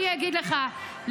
אני אגיד לך,